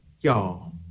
y'all